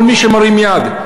כל מי שמרים יד,